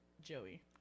Joey